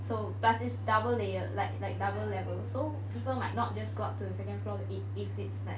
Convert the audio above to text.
so plus it's double layered like like double level so people might not just go up to the second floor to eat if it's like